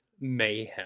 mayhem